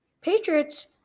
Patriots